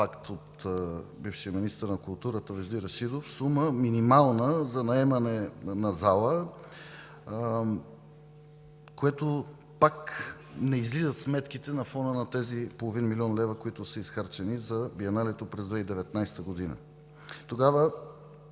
от бившият министър на културата Вежди Рашидов беше осигурена – факт, минимална сума за наемане на зала, с което пак не излизат сметките на фона на тези половин милион лева, които са изхарчени за Биеналето през 2019 г. Тогава